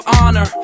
honor